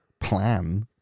plan